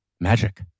magic